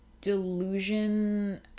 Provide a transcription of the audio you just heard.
delusion